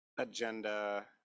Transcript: agenda